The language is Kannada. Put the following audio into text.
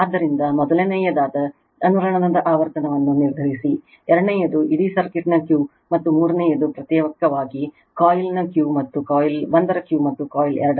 ಆದ್ದರಿಂದ ಮೊದಲನೆಯದಾದ ಅನುರಣನದ ಆವರ್ತನವನ್ನು ನಿರ್ಧರಿಸಿ ಎರಡನೆಯದು ಇಡೀ ಸರ್ಕ್ಯೂಟ್ನ Q ಮತ್ತು ಮೂರನೆಯದು ಪ್ರತ್ಯೇಕವಾಗಿ coil1 ರ Q ಮತ್ತು coiL2 ನ Q